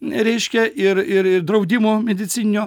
reiškia ir ir draudimo medicininio